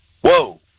Whoa